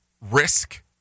Risk